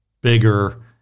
bigger